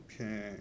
Okay